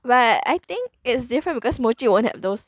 but I think it's different because mochi won't have those